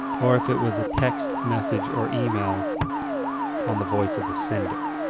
or if it was a text message or email on the voice of the sender.